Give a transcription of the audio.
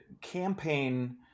campaign